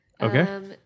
Okay